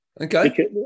Okay